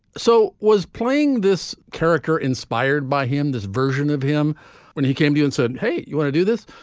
so was playing this character inspired by him, this version of him when he came to you and said, hey, you want to do this?